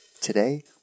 Today